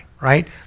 right